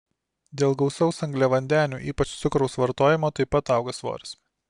dėl gausaus angliavandenių ypač cukraus vartojimo taip pat auga svoris